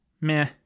meh